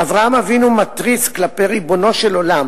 אברהם אבינו מתריס כלפי ריבונו של עולם